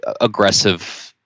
aggressive